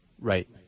Right